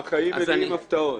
החיים מביאים הפתעות.